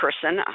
person